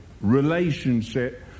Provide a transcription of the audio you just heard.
relationship